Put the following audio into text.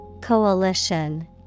coalition